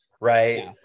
right